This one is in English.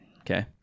Okay